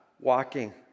walking